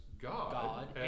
God